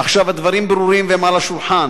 עכשיו הדברים ברורים והם על השולחן.